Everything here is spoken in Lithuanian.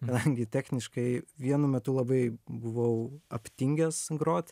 kadangi techniškai vienu metu labai buvau aptingęs grot